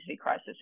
crisis